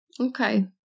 Okay